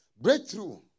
Breakthrough